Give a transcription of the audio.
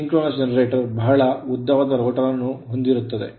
synchronous generator ಬಹಳ ಉದ್ದವಾದ rotor ಅನ್ನು ಹೊಂದಿರುತ್ತದೆ